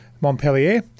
Montpellier